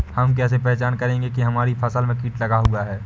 हम कैसे पहचान करेंगे की हमारी फसल में कीट लगा हुआ है?